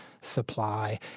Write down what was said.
supply